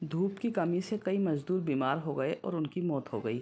धूप की कमी से कई मज़दूर बीमार हो गए और उनकी मौत हो गई